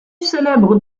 célèbre